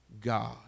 God